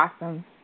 Awesome